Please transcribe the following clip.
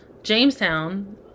Jamestown